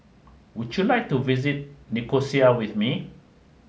would you like to visit Nicosia with me